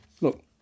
look